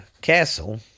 Castle